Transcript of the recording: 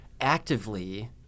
actively